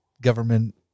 government